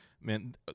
man